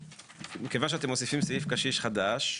כיוון שאתם מוסיפים סעיף קשיש חדש,